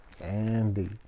andy